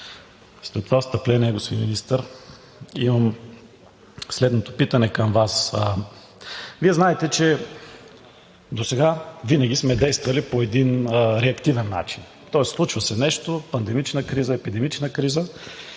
това встъпление, господин Министър, имам следното питане към Вас – Вие знаете, че досега винаги сме действали по един реактивен начин. Тоест случва се нещо – пандемична криза, епидемична криза,